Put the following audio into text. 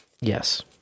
Yes